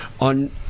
on